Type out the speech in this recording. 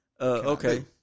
Okay